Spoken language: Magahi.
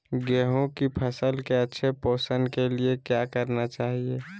गेंहू की फसल के अच्छे पोषण के लिए क्या करना चाहिए?